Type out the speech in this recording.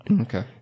Okay